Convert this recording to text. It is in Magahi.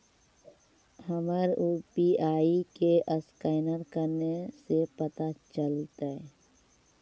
हमर यु.पी.आई के असकैनर कने से पता चलतै?